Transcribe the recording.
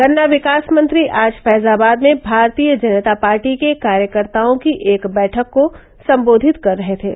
गन्ना विकास मंत्री आज फैजाबाद में भारतीय जनता पार्टी के कार्यकर्ताओं की एक बैठक को सम्बोधित कर रहे थे